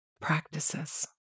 practices